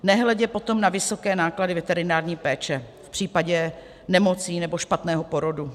Nehledě potom na vysoké náklady veterinární péče v případě nemocí nebo špatného porodu.